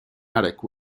attic